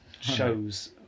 shows